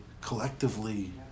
collectively